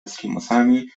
eskimosami